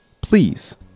please